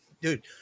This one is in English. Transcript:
Dude